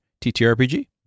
TTRPG